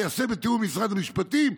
בתיאום עם משרד המשפטים,